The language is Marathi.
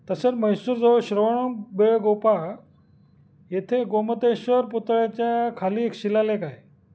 तसंच मैसूरजवळ श्रवण बेळगोळ येथे गोमतेश्वर पुतळ्याच्या खाली एक शिलालेख आहे